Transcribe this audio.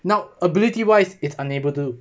now ability wise is unable to